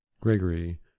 Gregory